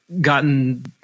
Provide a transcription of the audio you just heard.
gotten